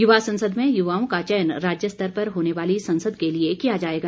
युवा संसद में युवाओं का चयन राज्य स्तर पर होने वाली संसद के लिए किया जाएगा